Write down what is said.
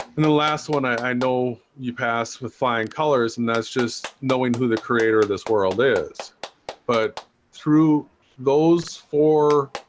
in the last one. i i know you pass with flying colors and that's just knowing who the creator this world is but through those four